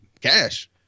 cash